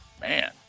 Man